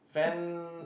fan